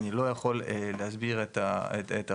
אני לא יכול להסביר את הרציונל,